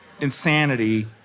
insanity